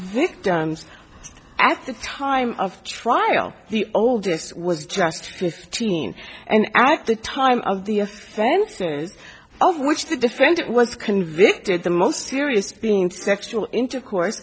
victims at the time of trial the oldest was just fifteen and act the time of the offenses of which the defendant was convicted the most serious being sexual intercourse